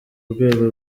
rwego